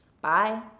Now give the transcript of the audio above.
Bye